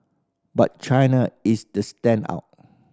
but China is the standout